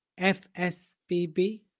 FSBB